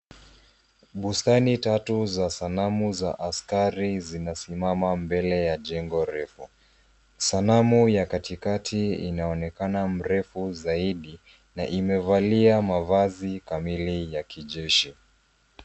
Bustani tatu za sanamu za askari zinasimama mbele ya jengo refu. Sanamu ya katikati inaonekana mrefu zaidi na imevalia mavazi kamili ya kijeshi.